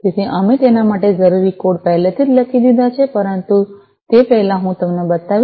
તેથી અમે તેના માટે જરૂરી કોડ પહેલેથી જ લખી દીધા છે પરંતુ તે પહેલાં હું તમને બતાવીશ